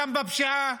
גם בפשיעה